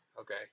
Okay